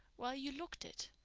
well, you looked it.